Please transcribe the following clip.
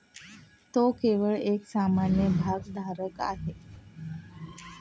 तो केवळ एक सामान्य भागधारक आहे